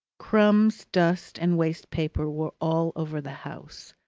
crumbs, dust, and waste-paper were all over the house.